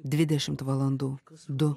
dvidešimt valandų du